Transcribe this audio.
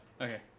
Okay